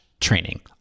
training